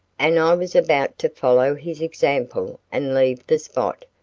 and i was about to follow his example and leave the spot,